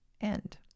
end